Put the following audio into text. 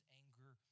anger